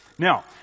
Now